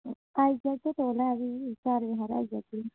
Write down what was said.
आई जागे तौले भी चार बजे